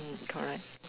mm correct